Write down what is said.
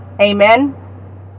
Amen